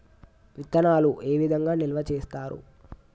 విత్తనాలు ఏ విధంగా నిల్వ చేస్తారు?